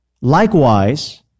Likewise